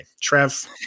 Trev